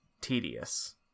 tedious